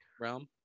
realm